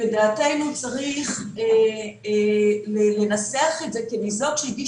לדעתנו צריך לנסח את זה כ"ניזוק שהגיש